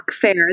fair